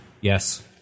yes